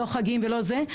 לא חגים ולא זה.